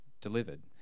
delivered